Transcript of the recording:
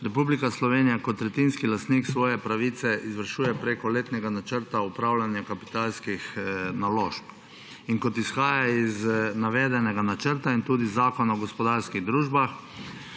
Republika Slovenija kot tretjinski lastnik svoje pravice izvršuje preko letnega načrta upravljanja kapitalskih naložb. Kot izhaja iz navedenega načrta in tudi Zakona o gospodarskih družbah,